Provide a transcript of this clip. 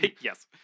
Yes